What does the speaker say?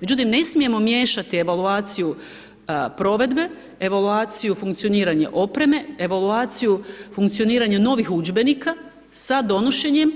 Međutim, ne smijemo miješati evaluaciju provedbe, evaluaciju funkcioniranja opreme, evaluaciju funkcioniranja novih udžbenika sa donošenjem,